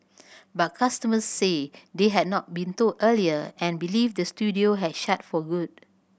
but customers said they had not been told earlier and believe the studio has shut for good